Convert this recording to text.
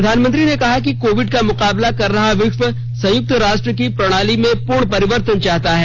प्रधानमंत्री ने कहा कि कोविड का मुकाबला कर रहा विश्व संयुक्त राष्ट् की प्रणाली में पूर्ण परिवर्तन चाहता है